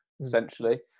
essentially